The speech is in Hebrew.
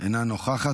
אינה נוכחת.